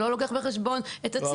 שלא לוקח בחשבון את הציבור.